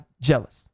jealous